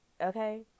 okay